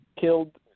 killed